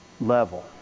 level